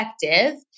effective